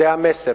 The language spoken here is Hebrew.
זה המסר.